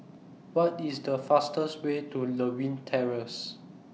What IS The fastest Way to Lewin Terrace